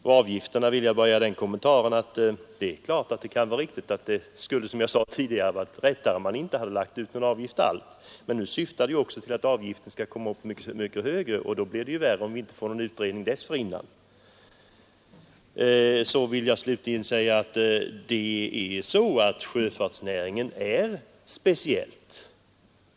Om avgifterna vill jag bara göra den kommentaren att det skulle ha varit riktigare om man inte tagit ut någon avgift alls, men när man nu vill ha en mycket högre avgift i framtiden, så är det ju så mycket värre om vi inte får någon utredning dessförinnan. Slutligen vill jag säga att sjöfartsnäringen är speciell.